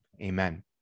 Amen